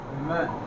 Amen